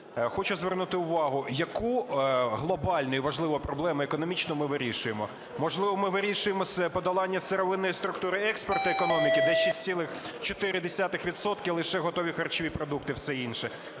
Хочу звернути увагу, яку глобальну і важливу проблему економічну ми вирішуємо. Можливо, ми вирішуємо з подолання сировинної структури експорту економіки, де 6,4 відсотка – лише готові харчові продукти, все інше.